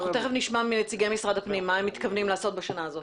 תיכף נשמע מנציגי משרד הפנים מה הם מתכוונים לעשות בשנה הזו